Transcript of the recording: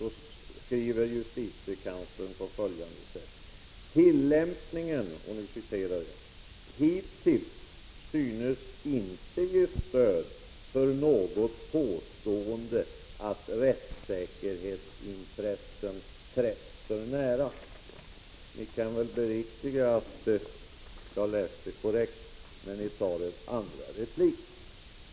Där återges vad justitiekanslern har anfört: ”Tillämpningen hittills synes inte ge stöd för något påstående att rättssäkerhetsintressen trätts för nära.” Ni kan väl beriktiga att jag läste korrekt, när ni tar er andra replik.